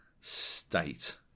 state